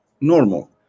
normal